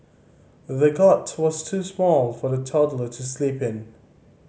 the cot was too small for the toddler to sleep in